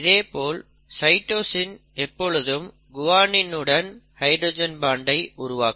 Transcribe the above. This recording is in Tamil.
இதேபோல் சைட்டோசின் எப்பொழுதும் குவானின் உடன் ஹைட்ரஜன் பான்ட் ஐ உருவாக்கும்